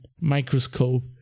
microscope